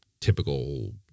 typical